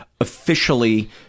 officially